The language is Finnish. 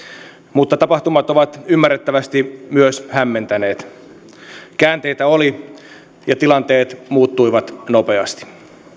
mutta tapahtumat ovat ymmärrettävästi myös hämmentäneet käänteitä oli ja tilanteet muuttuivat nopeasti